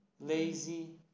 lazy